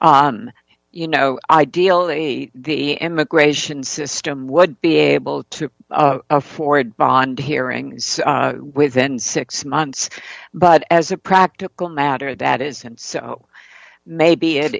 you know ideally the immigration system would be able to afford bond hearing within six months but as a practical matter that is so maybe it